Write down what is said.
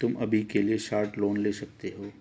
तुम अभी के लिए शॉर्ट लोन ले सकते हो